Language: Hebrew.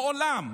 מעולם.